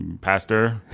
pastor